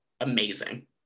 amazing